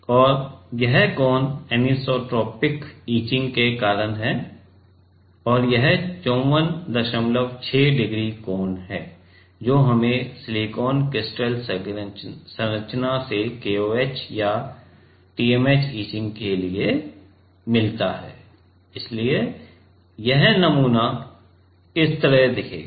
और यह कोण अनिसोट्रोपिक इचिंग के कारण है और यह 546 डिग्री कोण है जो हमें सिलिकॉन क्रिस्टल संरचना से KOH इचिंग या TMAH इचिंग के लिए मिलता है इसलिए नमूना इस तरह दिखेगा